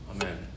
Amen